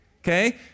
okay